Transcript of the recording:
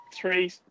three